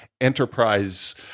enterprise